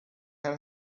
had